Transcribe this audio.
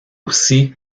aussi